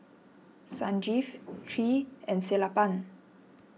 Sanjeev Hri and Sellapan